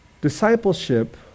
Discipleship